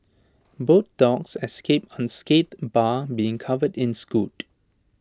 both dogs escaped unscathed bar being covered in